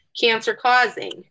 cancer-causing